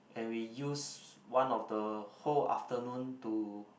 and we use one of the whole afternoon to